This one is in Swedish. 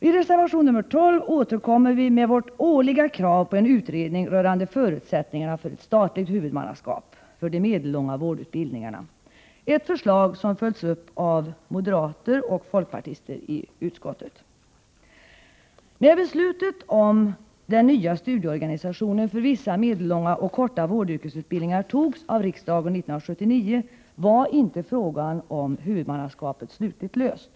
I reservation nr 12 återkommer vi med vårt årliga krav på en utredning rörande förutsättningarna för ett statligt huvudmannaskap för de medellånga vårdutbildningarna, ett förslag som följts upp av moderater och folkpartister i utskottet. När beslutet om den nya studieorganisationen för vissa medellånga och korta vårdyrkesutbildningar fattades av riksdagen 1979 var inte frågan om huvudmannaskapet slutgiltigt löst.